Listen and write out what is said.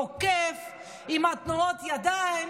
תוקף עם תנועות הידיים.